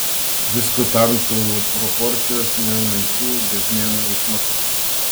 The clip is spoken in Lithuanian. diskutantų proporcijos ne naisių bezmėnu išmatuotos